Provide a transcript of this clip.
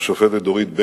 השופטת דורית בייניש,